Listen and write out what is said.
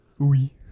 Oui